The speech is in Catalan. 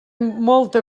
molta